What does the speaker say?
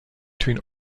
between